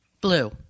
Blue